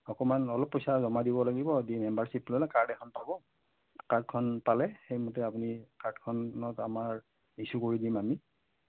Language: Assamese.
অকণমান অলপ পইচা জমা দিব লাগিব দি মেম্বাৰশ্বিপ ল'লে কাৰ্ড এখন পাব কাৰ্ডখন পালে সেইমতে আপুনি কাৰ্ডখনত আমাৰ ইচ্যু কৰি দিম আমি